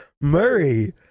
Murray